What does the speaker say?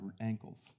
ankles